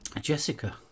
Jessica